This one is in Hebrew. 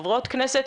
כחברות כנסת,